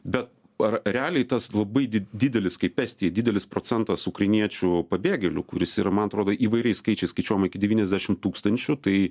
bet ar realiai tas labai di didelis kaip estija didelis procentas ukrainiečių pabėgėlių kuris yra man atrodo įvairiais skaičiais skaičiuojama iki devyniasdešim tūkstančių tai